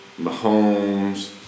Mahomes